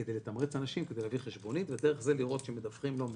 כדי לתמרץ אנשים לתת חשבונית ודרך זה לראות שהם מדווחים או לא מדווחים.